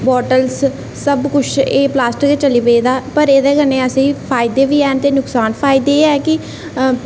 bottles एह् सबकुछ plastic दा चली पेदा पर एह्दे कन्नै असेंगी फायदे बी हैन ते नुकसान बी हैन